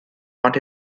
want